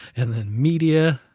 and then media